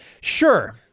Sure